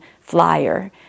flyer